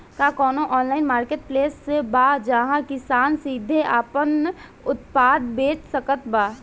का कउनों online marketplace बा जहां किसान सीधे आपन उत्पाद बेच सकत बा?